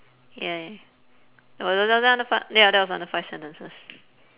!yay! was it u~ under fi~ ya that was under five sentences